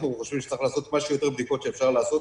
אנחנו חושבים שצריך לעשות כמה שיותר בדיקות שאפשר לעשות.